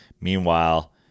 meanwhile